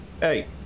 Hey